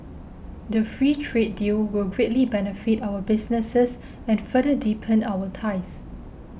the free trade deal will greatly benefit our businesses and further deepen our ties